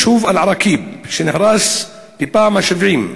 היישוב אל-עראקיב נהרס בפעם ה-70,